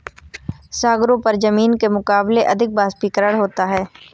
सागरों पर जमीन के मुकाबले अधिक वाष्पीकरण होता है